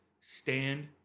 stand